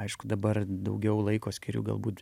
aišku dabar daugiau laiko skiriu galbūt